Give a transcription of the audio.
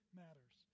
matters